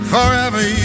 Forever